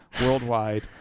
worldwide